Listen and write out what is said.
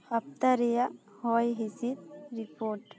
ᱦᱟᱯᱛᱟ ᱨᱮᱭᱟᱜ ᱦᱚᱭ ᱦᱤᱥᱤᱫ ᱨᱤᱯᱳᱴ